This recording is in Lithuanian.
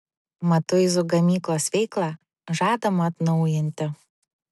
matuizų gamyklos veiklą žadama atnaujinti